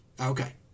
Okay